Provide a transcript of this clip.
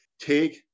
Take